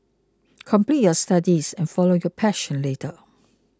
complete your studies and follow your passion later